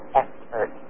expert